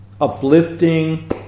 uplifting